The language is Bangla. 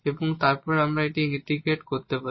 এবং তারপর আমরা এটি ইন্টিগ্রেট করতে পারি